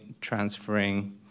transferring